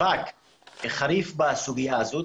למאבק חריף בסוגיה הזו,